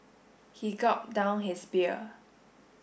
he gulped down his beer